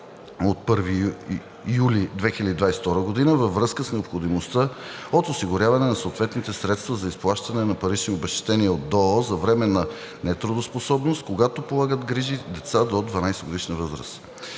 от 1 юли 2022 г., във връзка с необходимостта от осигуряване на съответните средства за изплащане на парични обезщетения от ДОО за временна нетрудоспособност, когато полагат грижи за деца до 12 годишна възраст.